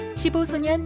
15소년